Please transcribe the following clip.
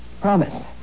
promise